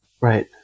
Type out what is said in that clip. Right